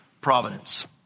providence